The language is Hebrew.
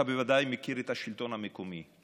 אתה ודאי מכיר את השלטון המקומי,